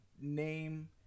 name